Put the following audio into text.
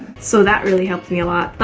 so that really helped me a lot but